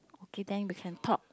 okay then you can talk